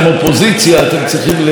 והדבר השני שאמרת,